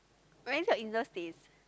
where's your in law's place